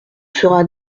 sera